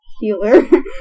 healer